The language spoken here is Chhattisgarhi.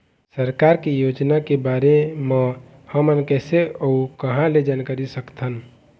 सरकार के योजना के बारे म हमन कैसे अऊ कहां ल जानकारी सकथन?